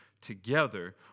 together